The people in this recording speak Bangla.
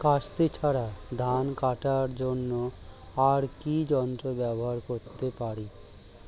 কাস্তে ছাড়া ধান কাটার জন্য আর কি যন্ত্র ব্যবহার করতে পারি?